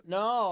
no